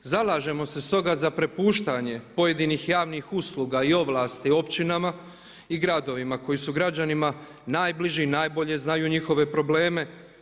Zalažemo se stoga za prepuštanje pojedinih javnih usluga i ovlasti općinama i gradovima koji su građanima najbliži i najbolje znaju njihove probleme.